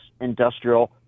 industrial